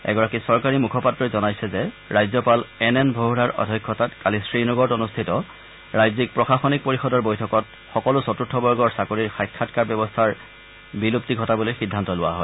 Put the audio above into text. এগৰাকী চৰকাৰী মুখপাত্ৰই জনাইছে যে ৰাজ্যপাল এন এন ভোহৰাৰ অধ্যক্ষতাত কালি শ্ৰীনগৰত অনুষ্ঠিত ৰাজ্যিক প্ৰশাসনিক পৰিষদৰ বৈঠকত সকলো চতুৰ্থ বৰ্গৰ চাকৰিৰ সাক্ষাৎকাৰ ব্যৱস্থাৰ বিলুপ্তি ঘটাবলৈ সিদ্ধান্ত লোৱা হয়